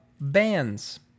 Bands